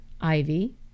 ivy